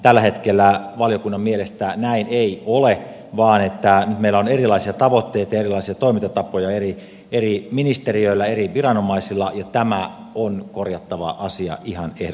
tällä hetkellä valiokunnan mielestä näin ei ole vaan nyt meillä on erilaisia tavoitteita ja erilaisia toimintatapoja eri ministeriöillä eri viranomaisilla ja tämä on korjattava asia ihan ehdottomasti